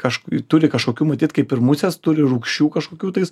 turi kažkokių matyt kaip ir musės turi rūgščių kažkokių tais